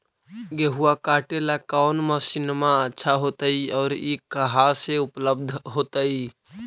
गेहुआ काटेला कौन मशीनमा अच्छा होतई और ई कहा से उपल्ब्ध होतई?